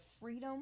freedom